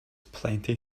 plenty